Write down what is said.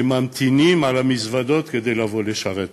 ממתינים על המזוודות כדי לבוא לשרת אותם.